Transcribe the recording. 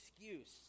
excuse